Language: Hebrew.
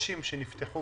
חדשים שנפתחו